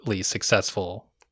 successful